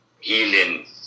healing